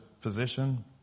position